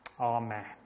Amen